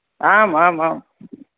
आम् आम् आम्